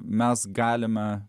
mes galime